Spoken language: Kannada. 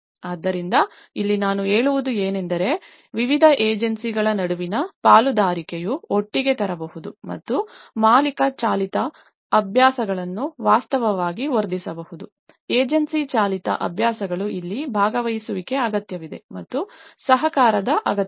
ಆದ್ದರಿಂದ ಇಲ್ಲಿ ನಾನು ಹೇಳುವುದು ಏನೆಂದರೆ ವಿವಿಧ ಏಜೆನ್ಸಿಗಳ ನಡುವಿನ ಪಾಲುದಾರಿಕೆಯು ಒಟ್ಟಿಗೆ ತರಬಹುದು ಮತ್ತು ಮಾಲೀಕ ಚಾಲಿತ ಅಭ್ಯಾಸಗಳನ್ನು ವಾಸ್ತವವಾಗಿ ವರ್ಧಿಸಬಹುದು ಏಜೆನ್ಸಿ ಚಾಲಿತ ಅಭ್ಯಾಸಗಳು ಇಲ್ಲಿ ಭಾಗವಹಿಸುವಿಕೆ ಅಗತ್ಯವಿದೆ ಮತ್ತು ಸಹಕಾರದ ಅಗತ್ಯವಿದೆ